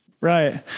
Right